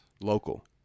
local